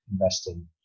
investing